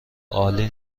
عالی